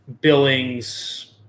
Billings